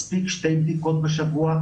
מספיק שתי בדיקות בשבוע,